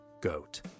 Goat